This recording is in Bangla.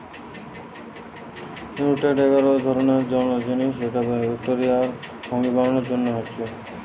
নিউট্রিয়েন্ট এগার এক ধরণের জিনিস যেটা ব্যাকটেরিয়া আর ফুঙ্গি বানানার জন্যে হচ্ছে